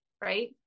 right